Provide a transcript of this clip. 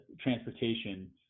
transportation